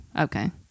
Okay